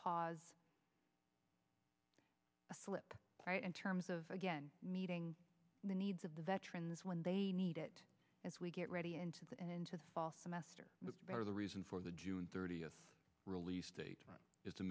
cause a slip right in terms of again meeting the needs of the veterans when they need it as we get ready into the into foster master the reason for the june thirtieth release date is to